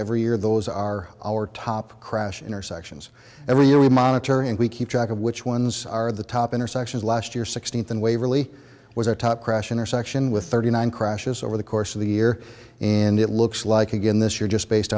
every year those are our top crash intersections every year we monitor and we keep track of which ones are the top intersections last year sixteenth in waverley was a top crash intersection with thirty nine crashes over the course of the year and it looks like again this year just based